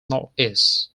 northeast